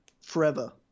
forever